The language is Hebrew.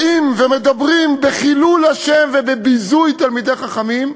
באים ומדברים בחילול השם ובביזוי תלמידי חכמים,